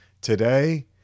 Today